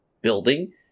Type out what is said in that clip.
building